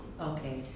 Okay